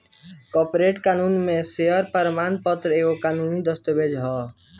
corporate कानून में share प्रमाण पत्र एगो कानूनी दस्तावेज हअ